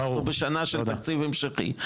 ואנחנו בשנה של תקציב המשכי.